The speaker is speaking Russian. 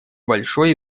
большой